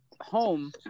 home